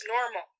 normal